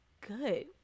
Good